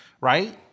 Right